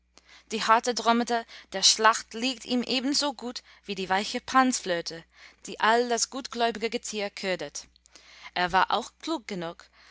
die harte drommete der schlacht liegt ihm ebenso gut wie die weiche pansflöte die all das gutgläubige getier ködert er war auch klug genug